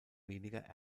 weniger